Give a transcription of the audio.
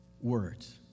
Words